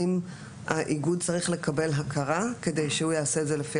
האם האיגוד צריך לקבל הכרה כדי שהוא יעשה את זה לפי